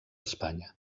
espanya